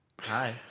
Hi